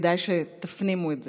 כדאי שתפנימו את זה.